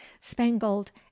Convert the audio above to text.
spangled